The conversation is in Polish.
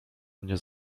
mnie